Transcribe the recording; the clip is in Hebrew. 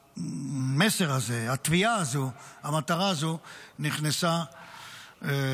המסר הזה, התביעה הזו, המטרה הזו, נכנסה למטרות,